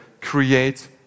create